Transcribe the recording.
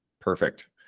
Perfect